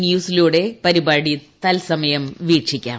ന്യൂൻ്ടിലൂടെ പരിപാടി തത്സമയം വീക്ഷിക്കാം